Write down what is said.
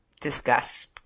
discuss